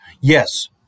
yes